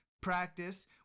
practice